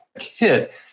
hit